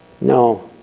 No